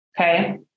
Okay